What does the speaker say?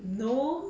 no